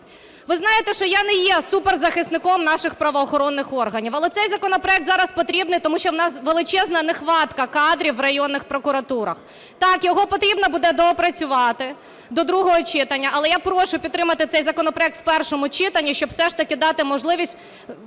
Ви знаєте, що я не є суперзахисником наших правоохоронних органів, але цей законопроект зараз потрібен тому що у нас величезна нехватка кадрів в районних прокуратурах. Так, його потрібно буде доопрацювати до другого читання. Але я прошу підтримати цей законопроект в першому читанні, щоб все-таки дати можливість